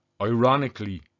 ironically